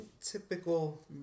Typical